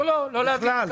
לא להביא.